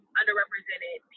underrepresented